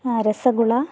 rasgulla